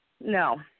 No